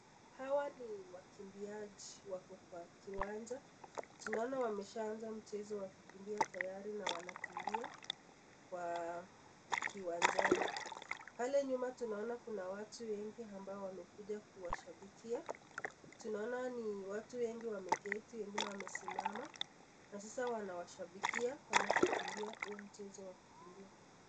Hawa ni wakimbiaji wako kwa kiwanja tunaona wameshaa anza mchezo ya kukimbia tayari na wanakimbia kwa kiwanjani, pale nyuma tunaona Kuna watu wengi ambao wamekuja kuwashabikia, tunaona ni watu wengi wameketi wengine wamesimama na sasa wanawashabikia wanapokimbia huu mchezo wa kukimbia.